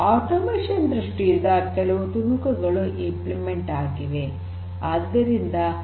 automation ದೃಷ್ಟಿಯಿಂದ ಕೆಲವು ತುಣುಕುಗಳು ಕಾರ್ಯಗತಗೊಳಿಸಿವೆ